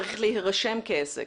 צריך להירשם כעסק.